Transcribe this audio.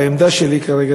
והעמדה שלי כרגע,